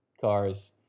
cars